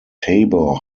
tabor